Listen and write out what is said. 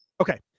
Okay